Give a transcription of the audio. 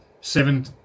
Seven